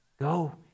Go